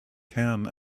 can